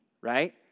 right